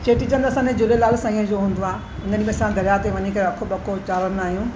चेटी चंड असांजे झूलेलाल साईं जो हूंदो आहे हुन ॾींहुं असां दरिया ते वञी करे अखो वखो चाड़ींदा आहियूं